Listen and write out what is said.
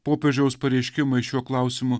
popiežiaus pareiškimai šiuo klausimu